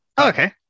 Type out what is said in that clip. Okay